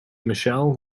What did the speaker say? michelle